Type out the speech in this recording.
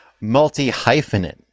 multi-hyphenate